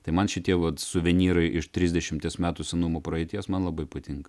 tai man šitie vat suvenyrai iš trisdešimties metų senumo praeities man labai patinka